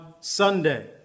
Sunday